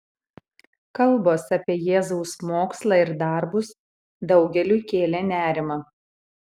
kalbos apie jėzaus mokslą ir darbus daugeliui kėlė nerimą